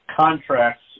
contracts